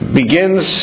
begins